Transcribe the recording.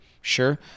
Sure